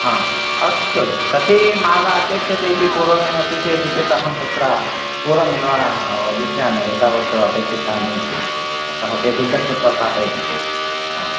हा अस्तु कति माला अपेक्षते इति पूर्वमेव सूचयति चेत् अहं तत्र पूर्वमेव वदिष्यामि एतावत् अपेक्षितानि इति अतः ते सिद्धं कृत्त्वा स्थापयन्ति आम्